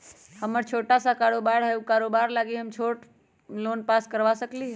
हमर छोटा सा कारोबार है उ कारोबार लागी हम छोटा लोन पास करवा सकली ह?